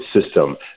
system